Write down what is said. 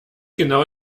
genau